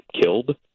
killed